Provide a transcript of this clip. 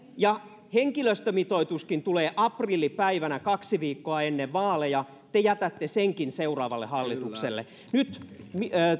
ja henkilöstömitoituskin tulee aprillipäivänä kaksi viikkoa ennen vaaleja te jätätte senkin seuraavalle hallitukselle nyt